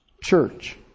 church